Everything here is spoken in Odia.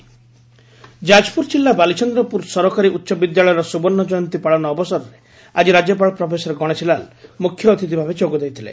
ରାଜ୍ୟପାଳଙ୍କ ଗସ୍ତ ଯାଜପୁର ଜିଲ୍ଲା ବାଲିଚନ୍ଦ୍ରପୁର ସରକାରୀ ଉଚ ବିଦ୍ୟାଳୟର ସୁବର୍ଣ୍ଡ ଜୟନ୍ତୀ ପାଳନ ଅବସରରେ ଆଜି ରାଜ୍ୟପାଳ ପ୍ରଫେସର ଗଣେଶୀଲାଲ ମୁଖ୍ୟ ଅତିଥ୍ଭାବେ ଯୋଗଦେଇଥଲେ